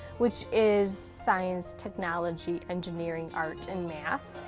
which is science, technology, engineering, art, and math.